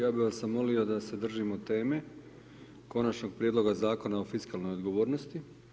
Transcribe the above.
Ja bih vas sad molio da se držimo teme Konačnog prijedloga zakona o fiskalnoj odgovornosti.